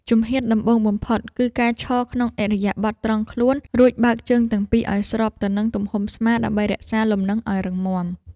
ជំហានដំបូងបំផុតគឺការឈរក្នុងឥរិយាបថត្រង់ខ្លួន រួចបើកជើងទាំងពីរឱ្យស្របនឹងទំហំស្មាដើម្បីរក្សាលំនឹងឱ្យរឹងមាំ។